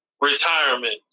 retirement